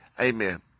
amen